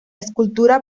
escultura